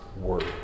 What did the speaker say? Word